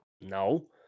No